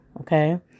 Okay